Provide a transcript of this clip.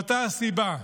מאותה הסיבה: